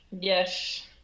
yes